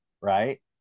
right